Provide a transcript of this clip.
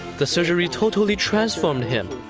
the surgery totally transformed him.